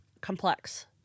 complex